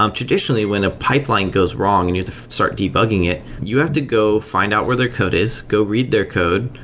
um traditionally, when a pipeline goes wrong and you have to start debugging it, you have to go find out where their code is, go read their code,